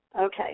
Okay